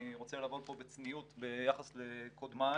רוצה לבוא לפה בצניעות ביחס לקודמיי.